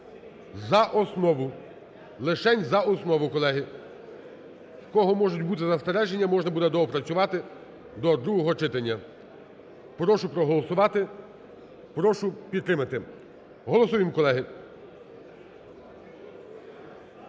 за основу, лишень за основу, колеги. У кого можуть бути застереження, можна буде доопрацювати до другого читання. Прошу проголосувати, прошу підтримати. Голосуємо, колеги.